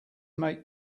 make